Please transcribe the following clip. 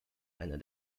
einer